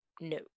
no